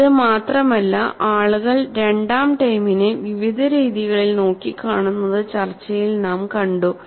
ഇത് മാത്രമല്ല ആളുകൾ രണ്ടാം ടേമിനെ വിവിധ രീതികളിൽ നോക്കിക്കാണുന്നത് ചർച്ചയിൽ നാം കണ്ടു